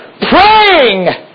praying